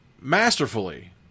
Masterfully